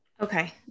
Okay